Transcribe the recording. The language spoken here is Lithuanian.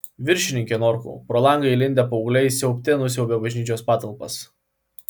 viršininke norkau pro langą įlindę paaugliai siaubte nusiaubė bažnyčios patalpas